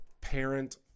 parent